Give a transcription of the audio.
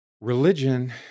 religion